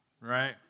right